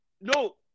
no